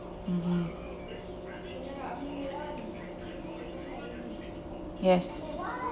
mmhmm yes